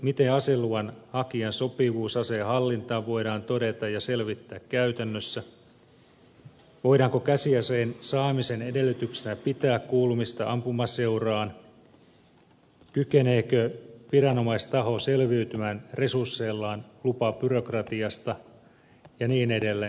miten aseluvan hakijan sopivuus aseen hallintaan voidaan todeta ja selvittää käytännössä voidaanko käsiaseen saamisen edellytyksenä pitää kuulumista ampumaseuraan kykeneekö viranomaistaho selviytymään resursseillaan lupabyrokratiasta ja niin edelleen